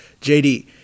JD